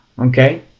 okay